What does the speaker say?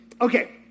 Okay